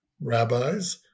rabbis